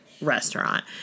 restaurant